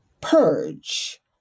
purge